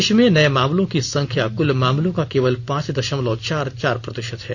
देश में नये मामलों की संख्या कल मामलों का केवल पांच दशमलव चार चार प्रतिशत है